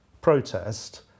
protest